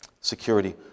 Security